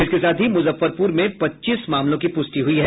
इसके साथ ही मुजफ्फरपुर में पच्चीस की पुष्टि हुई है